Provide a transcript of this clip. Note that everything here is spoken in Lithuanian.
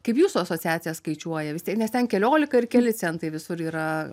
kaip jūsų asociacija skaičiuoja vis tiek nes ten keliolika ar keli centai visur yra